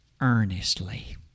earnestly